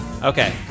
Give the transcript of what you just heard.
Okay